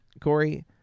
Corey